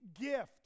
gift